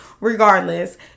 Regardless